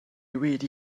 wedi